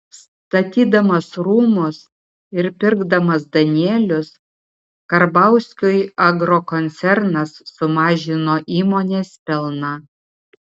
statydamas rūmus ir pirkdamas danielius karbauskiui agrokoncernas susimažino įmonės pelną